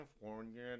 California